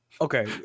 okay